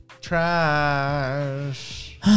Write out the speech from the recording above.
Trash